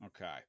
Okay